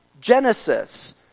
Genesis